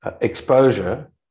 exposure